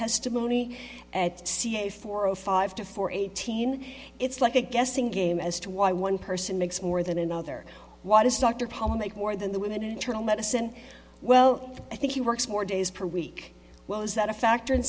testimony at ca four o five to four eighteen it's like a guessing game as to why one person makes more than another why does dr paul make more than the women in internal medicine well i think he works more days per week well is that a factor in